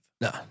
No